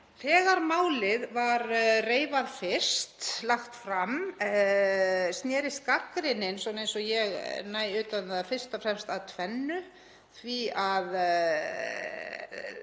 Þegar málið var reifað fyrst og lagt fram snerist gagnrýnin, svona eins og ég næ utan um það, fyrst og fremst að tvennu; að